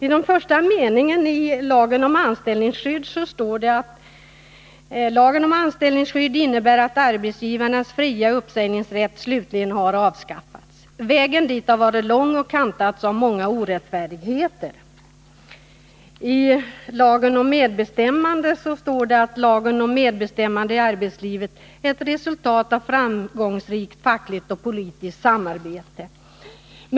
I den första meningen i lagen om anställningsskydd framhålls det att denna lag innebär att arbetsgivarnas fria uppsägningsrätt slutligen har avskaffats samt att vägen dit har varit lång och kantad av många orättfärdigheter. I lagen om medbestämmande heter det att denna lag är ett resultat av framgångsrikt fackligt och politiskt samarbete.